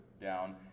down